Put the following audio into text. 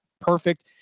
perfect